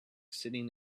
sitting